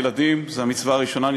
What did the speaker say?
ילדים זה העתיד של עם ישראל והאנושות כולה.